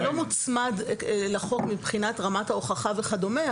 זה לא מוצמד לחוק מבחינת רמת ההוכחה וכדומה,